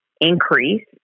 increase